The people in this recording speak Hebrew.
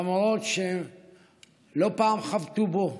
למרות שלא פעם חבטו בו,